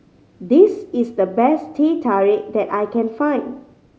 this is the best Teh Tarik that I can find